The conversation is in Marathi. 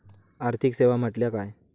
आर्थिक सेवा म्हटल्या काय?